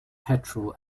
petrol